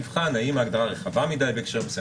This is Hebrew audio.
הוועדה תבחן האם ההגדרה רחבה מדי בהקשר מסוים,